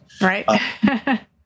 right